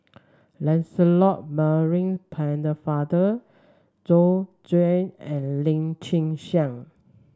Lancelot Maurice Pennefather Joyce Jue and Lim Chin Siong